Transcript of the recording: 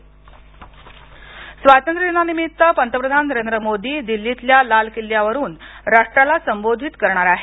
वेळ बदल स्वातंत्र्यदिनानिमित्त पंतप्रधान नरेंद्र मोदी दिल्लीतल्या लाल किल्ल्यावरून राष्ट्राला संबोधित करणार आहेत